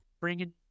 bringing